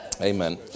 Amen